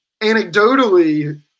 anecdotally